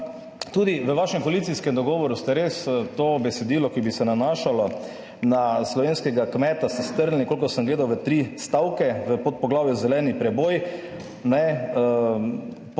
tudi v vašem koalicijskem dogovoru ste res to besedilo, ki bi se nanašalo na slovenskega kmeta, ste strnili, kolikor sem gledal, v 3 stavke v podpoglavju Zeleni preboj,